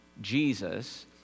Jesus